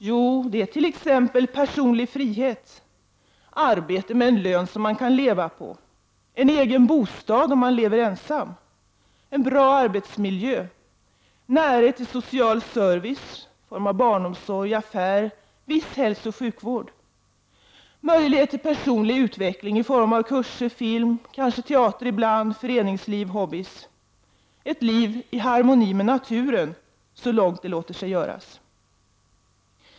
= Jo, det är t.ex. personlig frihet arbete med en lön som man kan leva på en egen bostad om man lever ensam en bra arbetsmiljö närhet till social service i form av barnomsorg, affär, viss hälsooch sjukvård möjlighet till personlig utveckling i form av kurser, film, kanske teater ibland, föreningsliv och hobbyer ett liv i harmoni med naturen, så långt det låter sig göras.